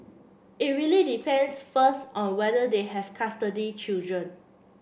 it really depends first on whether they have custody children